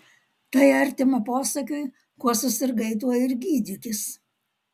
tai artima posakiui kuo susirgai tuo ir gydykis